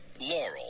Laurel